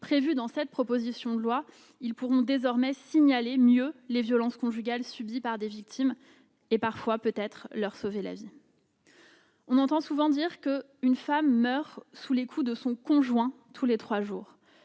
prévues dans cette proposition de loi, ils pourront désormais mieux signaler les violences conjugales subies par les victimes et peut-être parfois même leur sauver la vie. On entend souvent dire qu'une femme meurt sous les coups de son conjoint tous les trois jours.